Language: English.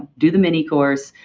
do the mini course,